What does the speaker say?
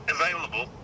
available